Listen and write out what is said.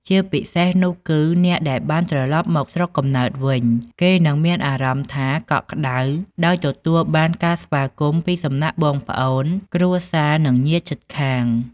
ជាពិសេសនោះគឺ អ្នកដែលបានត្រឡប់មកស្រុកកំណើតវិញ គេនឹងមានអារម្មណ៍ថា កក់ក្ដៅ ដោយទទួលបានការស្វាគមន៍ពីសំណាក់បងប្អូន គ្រួសារ និងញាតិជិតខាង។